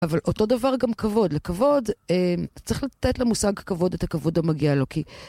אבל אותו דבר גם כבוד. לכבוד, צריך לתת למושג כבוד את הכבוד המגיע לו כי...